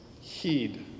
heed